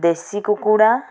ଦେଶୀ କୁକୁଡ଼ା